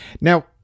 Now